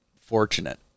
fortunate